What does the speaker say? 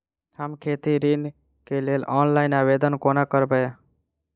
हम खेती ऋण केँ लेल ऑनलाइन आवेदन कोना करबै?